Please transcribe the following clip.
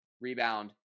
rebound